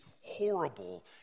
horrible